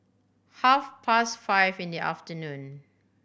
half past five in the afternoon